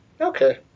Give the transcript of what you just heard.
Okay